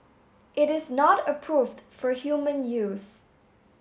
it is not approved for human use